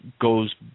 goes